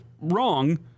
wrong